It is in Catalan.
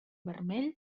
vermell